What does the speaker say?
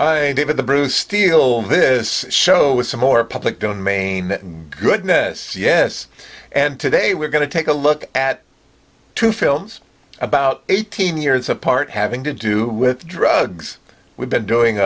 at the bruce steele this show is more public domain good ness yes and today we're going to take a look at two films about eighteen years apart having to do with drugs we've been doing